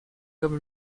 comme